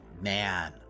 man